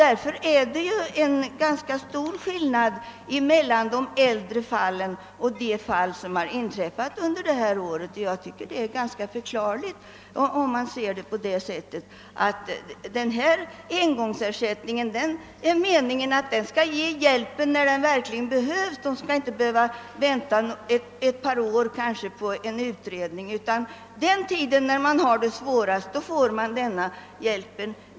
Därför är det en ganska stor skillnad mellan de äldre fallen och de fall som inträffat före det senaste året. Jag tycker det är ganska förklarligt om man ser saken så, att denna engångsersättning är avsedd att ge hjälpen när den verkligen behövs. Man skall inte behöva vänta kanske ett år på en utredning, utan under den tid då man har det som svårast skall man få denna hjälp.